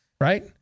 Right